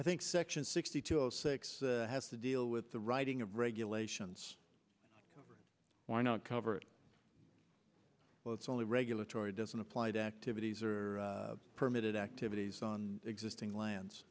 i think section sixty two zero six has to deal with the writing of regulations why not cover it well it's only regulatory doesn't apply to activities or permitted activities on existing lands